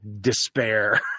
despair